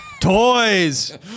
toys